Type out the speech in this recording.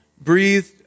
breathed